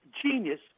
Genius